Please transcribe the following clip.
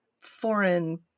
foreign